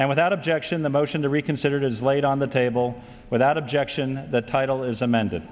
and without objection the motion to reconsider is laid on the table without objection the title is amend